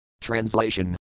Translation